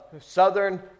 Southern